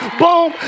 boom